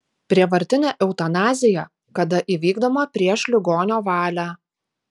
prievartinė eutanazija kada įvykdoma prieš ligonio valią